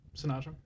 Sinatra